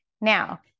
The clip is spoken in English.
Now